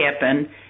happen